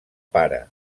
pare